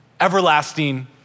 Everlasting